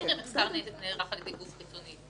בכל מקרה מחקר נערך על-ידי גוף חיצוני.